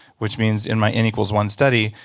which means in my n equal one study,